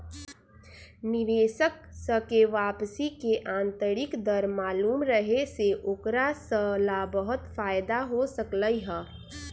निवेशक स के वापसी के आंतरिक दर मालूम रहे से ओकरा स ला बहुते फाएदा हो सकलई ह